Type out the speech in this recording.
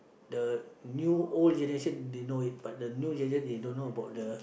the new old generation they know it but the new generation they don't know about the